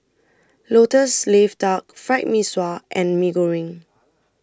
Lotus Leaf Duck Fried Mee Sua and Mee Goreng